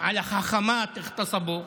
חכמים שאנסו?